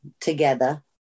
together